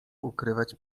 ukrywać